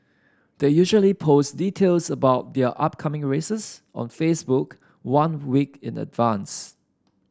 they usually post details about their upcoming races on Facebook one week in advance